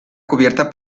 cubierta